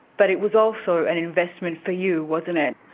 but it was also an investment for you, wasn't it?